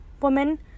woman